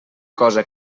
cosa